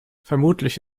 vermutlich